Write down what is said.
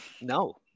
No